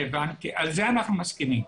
על זה אנחנו מסכימים.